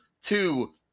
two